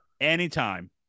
Anytime